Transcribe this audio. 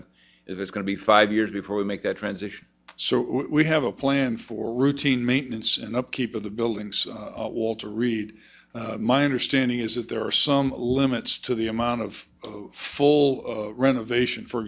to if it's going to be five years before we make that transition so we have a plan for routine maintenance and upkeep of the buildings walter reed my understanding is that there are some limits to the amount of full renovation for